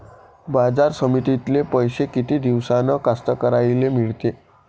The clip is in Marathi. बाजार समितीतले पैशे किती दिवसानं कास्तकाराइले मिळते?